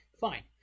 Fine